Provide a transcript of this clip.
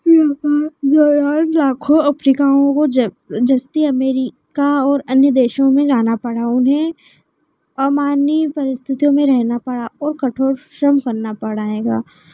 यहाँ पर व्यवहार लाखों अफ्रीकाओं को जा जस्टि अमेरिका और अन्य देशों में जाना पड़ा उन्हें अमानवीय परिस्थितियों में रहना पड़ा और कठोर श्रम करना पड़ा हैगा